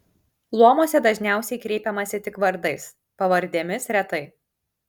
luomuose dažniausiai kreipiamasi tik vardais pavardėmis retai